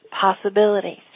possibilities